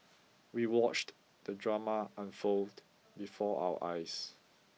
we watched the drama unfold before our eyes